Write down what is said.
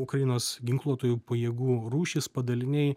ukrainos ginkluotųjų pajėgų rūšys padaliniai